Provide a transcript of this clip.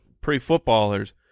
pre-footballers